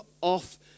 off